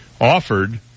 offered